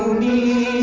me